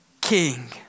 King